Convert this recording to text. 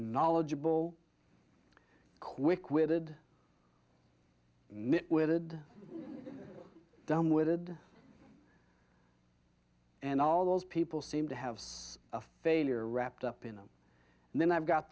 knowledgeable quick witted mit would done with did and all those people seem to have a failure wrapped up in them and then i've got